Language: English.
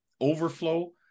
overflow